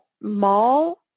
mall